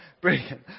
Brilliant